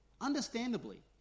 understandably